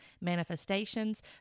manifestations